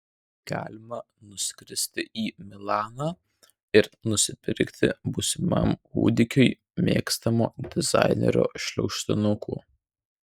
galima nuskristi į milaną ir nusipirkti būsimam kūdikiui mėgstamo dizainerio šliaužtinukų